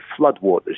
floodwaters